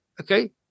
okay